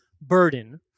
burden